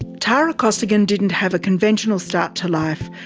tara costigan didn't have a conventional start to life.